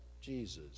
Jesus